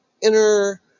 inner